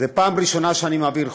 זו פעם ראשונה שאני מעביר חוק.